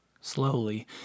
slowly